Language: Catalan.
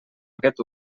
aquest